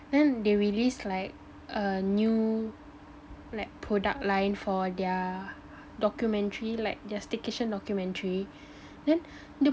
then they released like err new like product live for their documentary like their staycation documentary then the